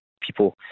people